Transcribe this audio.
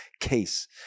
case